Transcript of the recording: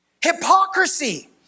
Hypocrisy